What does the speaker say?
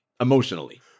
emotionally